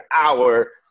hour